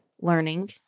learning